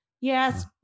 Yes